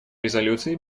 резолюций